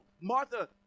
Martha